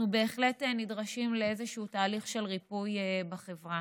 אנחנו בהחלט נדרשים לאיזשהו תהליך של ריפוי בחברה.